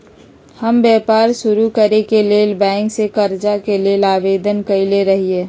हम व्यापार शुरू करेके लेल बैंक से करजा के लेल आवेदन कयले रहिये